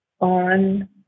on